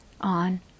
on